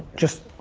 just.